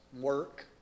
work